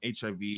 HIV